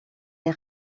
est